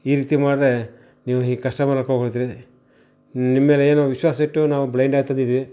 ಈ ರೀತಿ ಮಾಡಿದರೆ ನೀವು ಈ ಕಸ್ಟಮರ್ ಕಳ್ಕೊಂಡ್ಬಿಡ್ತೀರಿ ನಿಮ್ಮ ಮೇಲೆ ಏನು ವಿಶ್ವಾಸ ಇಟ್ಟು ನಾವು ಬ್ಲೈಂಡ್ ಆಗ್ತಾಯಿದ್ದೀವಿ